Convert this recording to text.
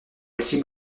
cible